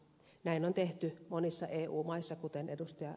näin on tehty monissa eu maissa kuten ed